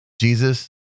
Jesus